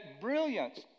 brilliance